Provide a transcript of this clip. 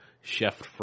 chef